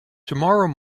tomorrow